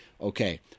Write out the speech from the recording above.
okay